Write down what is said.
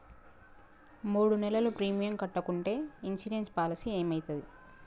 మూడు నెలలు ప్రీమియం కట్టకుంటే ఇన్సూరెన్స్ పాలసీకి ఏమైతది?